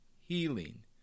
healing